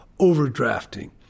overdrafting